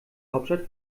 hauptstadt